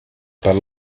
per